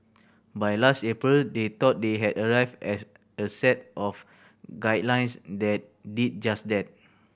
by last April they thought they had arrived at a set of guidelines that did just that